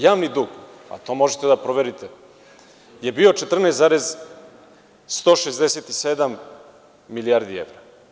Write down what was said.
Javni dug, a to možete da proverite, je bio 14,167 milijardi evra.